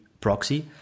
proxy